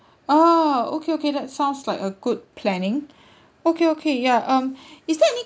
oh okay okay that sounds like a good planning okay okay ya um is there any